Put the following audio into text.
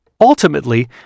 Ultimately